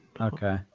Okay